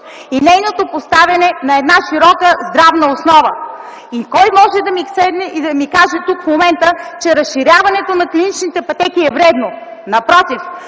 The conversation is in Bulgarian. и нейното поставяне на широка здравна основа. Кой може да ми каже тук, че разширяването на клиничните пътеки е вредно?! Напротив!